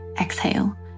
Exhale